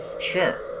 Sure